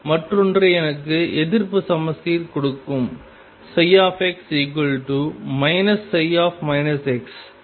மற்றொன்று எனக்கு எதிர்ப்பு சமச்சீர் கொடுக்கும் x ψ